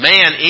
Man